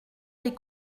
les